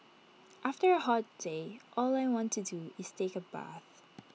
after A hot day all I want to do is take A bath